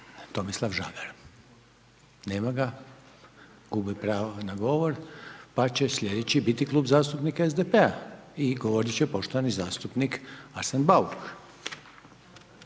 Tomislav Žagar. Nema ga? Gubi pravo na govor, pa će sljedeći biti Klub zastupnika SDP-a, i govorit će poštovani zastupnik Arsen Bauk.